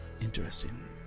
Interesting